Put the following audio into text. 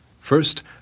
First